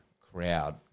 crowd